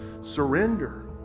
surrender